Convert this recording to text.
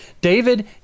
David